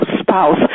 spouse